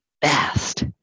best